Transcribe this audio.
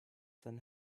than